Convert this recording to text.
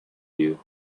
you